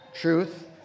truth